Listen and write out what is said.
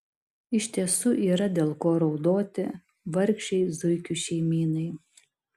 iš tiesų yra dėl ko raudoti vargšei zuikių šeimynai